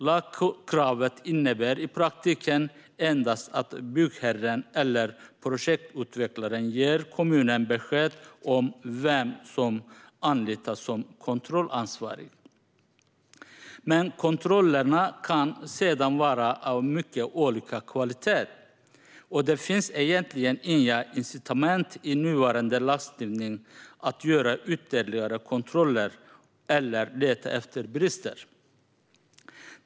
Lagkravet innebär i praktiken endast att byggherren eller projektutvecklaren ger kommunen besked om vem som anlitas som kontrollansvarig. Men kontrollerna kan sedan vara av mycket olika kvalitet. Och det finns egentligen inga incitament i nuvarande lagstiftning att göra ytterligare kontroller eller leta efter brister.